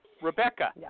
Rebecca